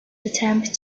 attempt